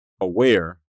aware